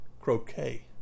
Croquet